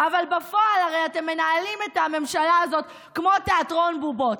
אבל בפועל הרי אתם מנהלים את הממשלה הזאת כמו תיאטרון בובות,